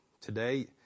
Today